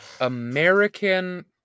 American